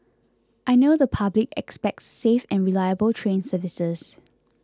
I know the public expects safe and reliable train services